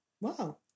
Wow